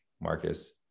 marcus